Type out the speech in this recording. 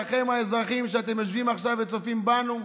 אליכם, האזרחים, שיושבים וצופים בנו עכשיו.